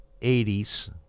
80s